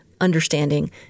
understanding